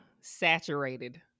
saturated